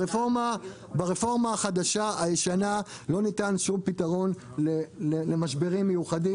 ברפורמה הישנה לא ניתן שום פתרון למשברים מיוחדים.